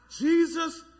Jesus